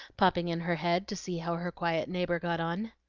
popping in her head to see how her quiet neighbor got on.